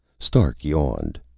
stark yawned.